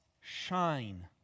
shine